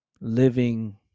living